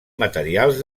materials